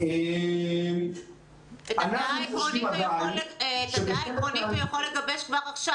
את העמדה העקרונית הוא יכול לגבש כבר עכשיו.